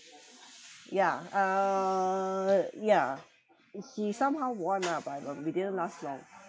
yeah uh yeah he somehow won lah but uh we didn't last long